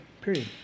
period